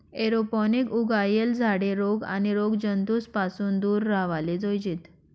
aeroponic उगायेल झाडे रोग आणि रोगजंतूस पासून दूर राव्हाले जोयजेत